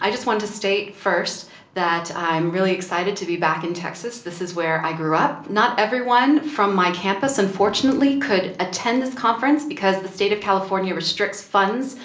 i just wanted to state first that i am really excited to be back in texas. this is where i grew up. not everyone from my campus unfortunately could attend this conference because the state of california restricts